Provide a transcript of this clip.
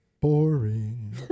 Boring